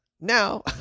now